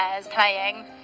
playing